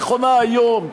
נכונה היום,